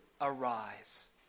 arise